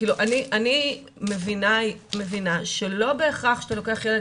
ואני מבינה שלא בהכרח כשאתה לוקח ילד,